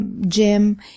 gym